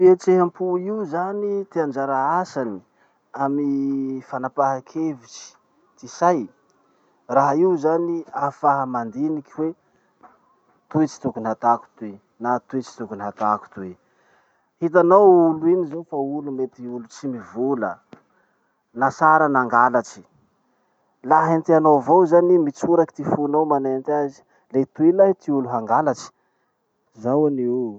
Fihetsehampo io zany, ty anjara asany amy fanapahakevitsy ty say. Raha io zany ahafaha mandiniky hoe toy tsy tokony hataoko toy, na toy tsy tokony hatako toy. Hitanao olo iny zao fa olo mety olo tsy mivola, nasara nagalatsy. Laha hentianao avao zany i mitsoraky ty fonao manenty azy. Le toy lahy ty olo hangalatsy? Zao anio o.